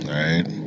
right